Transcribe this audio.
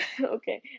Okay